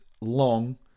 long